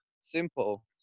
Simple